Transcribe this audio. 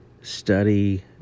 study